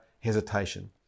hesitation